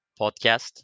podcast